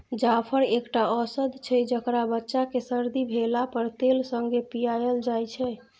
जाफर एकटा औषद छै जकरा बच्चा केँ सरदी भेला पर तेल संगे पियाएल जाइ छै